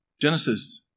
Genesis